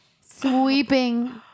Sweeping